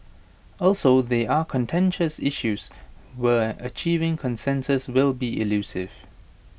also they are contentious issues where achieving consensus will be elusive